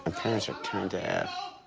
ah parents are turned to f.